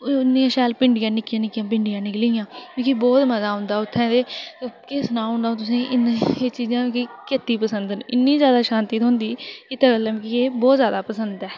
ओह् इन्नी शैल पिंडियां निक्की निक्की पिंडियां निकली दियां मिगी बहुत मजा औंदा उत्थै ते केह् सनां तुसें गी इन्ना एह् चीजां मिगी किन्नियां पसंद न इन्नी ज्यादा शांती थ्होंदी इत्तै गल्ला मिगी बहुत ज्यादा पसंद ऐ